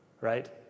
right